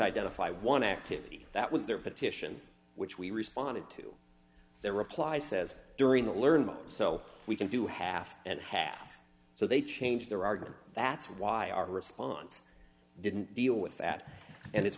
identify one activity that was their petition which we responded to their reply says during the learn much so we can do half and half so they change their argument that's why our response didn't deal with that and it's